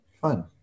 Fun